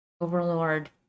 Overlord